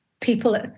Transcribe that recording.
people